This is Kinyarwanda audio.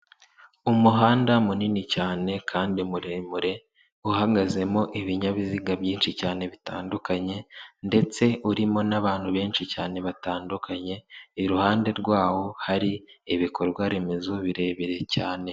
Umuhanda munini cyane kandi muremure, uhagazemo ibinyabiziga byinshi cyane bitandukanye ndetse urimo n'abantu benshi cyane batandukanye, iruhande rwawo hari ibikorwaremezo birebire cyane.